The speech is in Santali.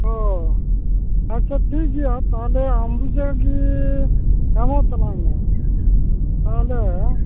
ᱚ ᱟᱪᱪᱷᱟ ᱴᱷᱤᱠ ᱜᱮᱭᱟ ᱛᱟᱦᱚᱞᱮ ᱟᱢᱵᱩᱡᱟ ᱜᱮ ᱯᱟᱲᱦᱟᱣ ᱛᱟᱞᱟᱝ ᱢᱮ ᱛᱟᱦᱚᱞᱮ